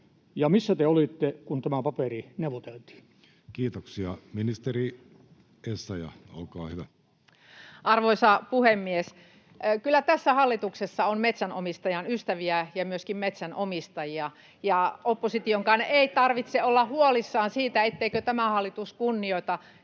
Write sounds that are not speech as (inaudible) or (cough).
Ja missä te olitte, kun tämä paperi neuvoteltiin? Kiitoksia. — Ministeri Essayah, olkaa hyvä. Arvoisa puhemies! Kyllä tässä hallituksessa on metsänomistajan ystäviä ja myöskin metsänomistajia, (noise) ja oppositionkaan ei tarvitse olla huolissaan siitä, etteikö tämä hallitus kunnioita